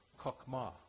kokma